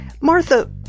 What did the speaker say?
Martha